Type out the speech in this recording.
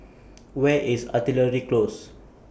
Where IS Artillery Close